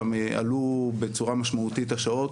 גם עלו בצורה משמעותית השעות,